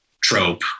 trope